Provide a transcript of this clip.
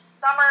summer